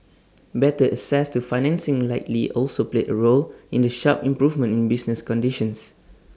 better access to financing likely also played A role in the sharp improvement in business conditions